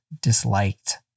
disliked